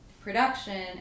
production